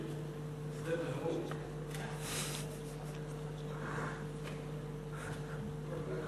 רבע